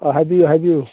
ꯑꯥ ꯍꯥꯏꯕꯤꯌꯨ ꯍꯥꯏꯕꯤꯌꯨ